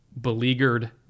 beleaguered